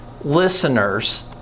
listeners